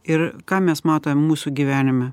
ir ką mes matom mūsų gyvenime